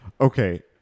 Okay